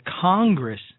Congress